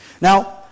Now